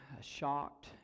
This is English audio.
shocked